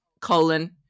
colon